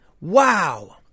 Wow